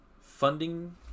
funding